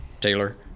Taylor